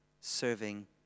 serving